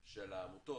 סליחה,